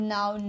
Now